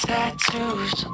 Tattoos